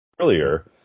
earlier